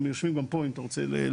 הם יושבים גם פה אם אתה רוצה להרחיב,